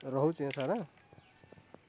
ରହୁଛି ସାର୍ ଆଁ